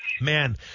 Man